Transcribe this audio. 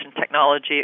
technology